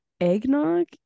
Eggnog